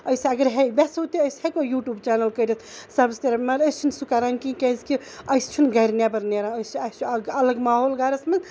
أسۍ اَگر وٮ۪ژھو تہِ أس ہٮ۪کو یوٗٹوٗب چینل کٔرِتھ سَبسکرایب مطلب أسۍ چھِنہٕ سُہ کران کِہینۍ کیازِ کہِ أسۍ چھِنہٕ گرِ نیبر نیران اَسہِ چھُ الگ ماحول گرَس منٛز